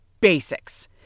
basics